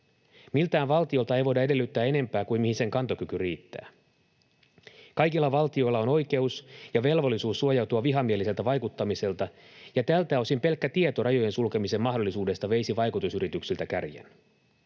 Miltään valtiolta ei voida edellyttää enempää kuin mihin sen kantokyky riittää. Kaikilla valtioilla on oikeus ja velvollisuus suojautua vihamieliseltä vaikuttamiselta, ja tältä osin pelkkä tieto rajojen sulkemisen mahdollisuudesta veisi vaikutusyrityksiltä kärjen.